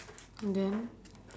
and then